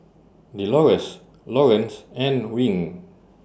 Delores Laurence and Wing